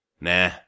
Nah